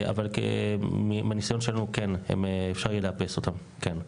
אבל מהניסיון שלנו כן, יהיה אפשר לאפס אותם, כן.